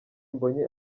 mbonyi